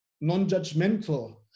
non-judgmental